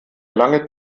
lange